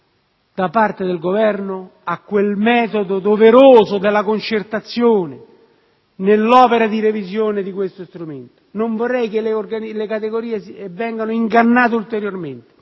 da parte del Governo, a quel metodo doveroso della concertazione nell'opera di revisione di questo strumento. Non vorrei che le categorie venissero ingannate ulteriormente.